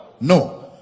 No